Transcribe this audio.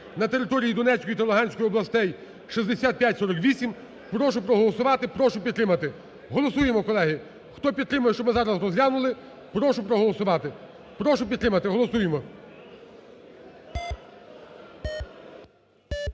на території Донецької та Луганської областей (6548) прошу проголосувати, прошу підтримати. Голосуємо, колеги. Хто підтримує, щоб ми зараз розглянули, прошу проголосувати, прошу підтримати, голосуємо.